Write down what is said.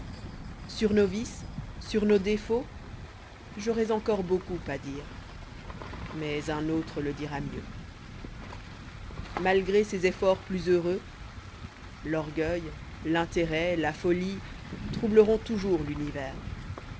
sur nos vices sur nos défauts j'aurais encor beaucoup à dire mais un autre le dira mieux malgré ses efforts plus heureux l'orgueil l'intérêt la folie troubleront toujours l'univers